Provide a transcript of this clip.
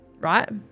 right